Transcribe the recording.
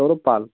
Sourav Pal